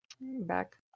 back